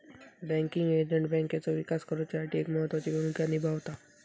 banking agent बँकेचो विकास करुच्यासाठी एक महत्त्वाची भूमिका निभावता